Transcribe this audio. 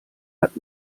hat